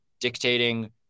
dictating